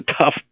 tough